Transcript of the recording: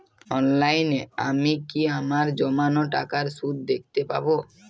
অনলাইনে আমি কি আমার জমানো টাকার সুদ দেখতে পবো?